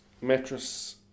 mattress